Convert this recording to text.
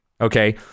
okay